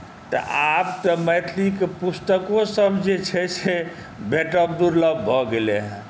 तऽ आब तऽ मैथिलीके पुस्तकोसभ जे छै से भेटब दुर्लभ भऽ गेलै हेँ